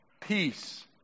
Peace